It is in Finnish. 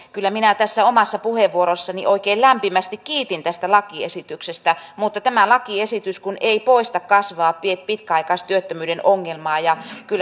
kyllä minä omassa puheenvuorossani oikein lämpimästi kiitin tästä lakiesityksestä mutta tämä lakiesitys ei poista kasvavaa pitkäaikaistyöttömyyden ongelmaa ja kyllä